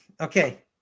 Okay